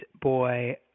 boy